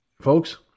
Folks